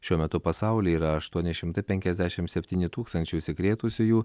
šiuo metu pasaulyje yra aštuoni šimtai penkiasdešimt septyni tūkstančiai užsikrėtusiųjų